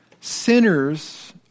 Sinners